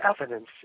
evidence